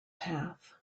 path